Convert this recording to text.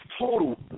total